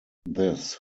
this